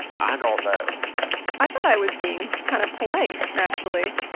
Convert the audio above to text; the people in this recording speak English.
i don't know i thought i was being kind of polite, actually.